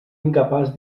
incapaç